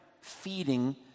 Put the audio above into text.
feeding